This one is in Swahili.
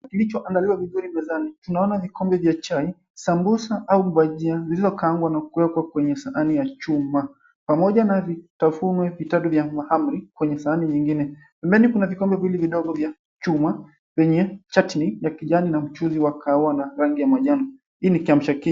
Kilichoandaliwa vizuri mezani. Tunaona vikombe vya chai, sambusa au bajia zilizokaangwa na kuwekwa kwenye sahani ya chuma, pamoja na vitafunwa vitatu vya mahamri kwenye sahani nyingine. Pembeni kuna vikombe viwili vidogo vya chuma vyenye chatni ya kijani na mchuzi wa kahawa na rangi ya majani. Hii ni kiamsha kinywa.